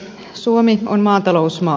suomi on maatalousmaa